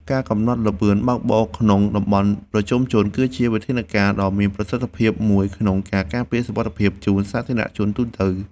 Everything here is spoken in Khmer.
ការកំណត់ល្បឿនបើកបរក្នុងតំបន់ប្រជុំជន គឺជាវិធានការដ៏មានប្រសិទ្ធភាពមួយក្នុងការការពារសុវត្ថិភាពជូនសាធារណជនទូទៅ។